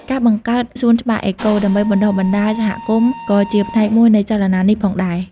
ការបង្កើតសួនច្បារអេកូ ដើម្បីបណ្តុះបណ្តាលសហគមន៍ក៏ជាផ្នែកមួយនៃចលនានេះផងដែរ។